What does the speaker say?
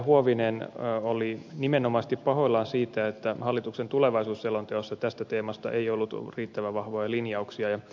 huovinen oli nimenomaisesti pahoillaan siitä että hallituksen tulevaisuusselonteossa tästä teemasta ei ollut riittävän vahvoja linjauksia